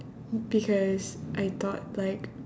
because I thought like